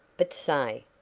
but say!